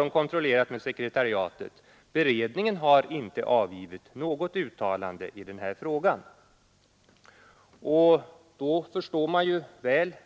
Därför kontrollerade jag uppgiften med beredningens sekretariat i dag på morgonen och fick beskedet att beredningen inte har avgivit något uttalande i denna fråga. Och då förstår jag också